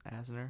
asner